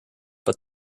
but